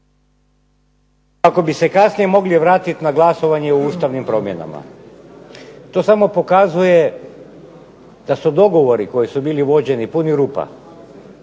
kako bi se kasnije mogli vratiti na glasovanje o ustavnim promjenama. To samo pokazuje da su dogovori koji su bili vođeni puni rupa,